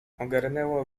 ogarnęło